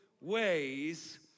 ways